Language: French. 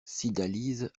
cydalise